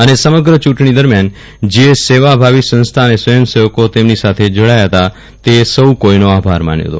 અને સમગ્ર ચુંટણી દરમ્યાન જે સેવા ભાવી સંસ્થા અને સ્વયં સેવકો તેમની સાથે જોડાતા ફતા તેઓ સૌ કોઈનો આભાર માન્યો ફતો